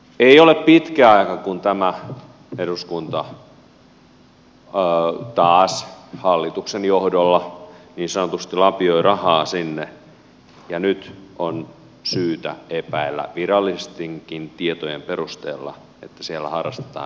ei ole pitkä aika kun eduskunta taas hallituksen johdolla niin sanotusti lapioi rahaa sinne ja nyt on syytä epäillä virallistenkin tietojen perusteella että siellä harrastetaan rahanpesua